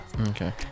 Okay